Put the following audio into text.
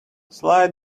slide